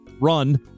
run